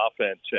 offense